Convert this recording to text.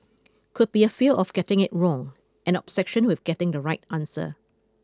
could be a fear of getting it wrong an obsession with getting the right answer